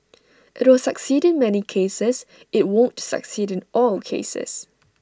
IT will succeed in many cases IT won't succeed in all cases